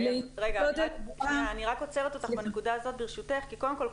אני עוצרת אותך בנקודה הזאת ברשותך כי קודם כל,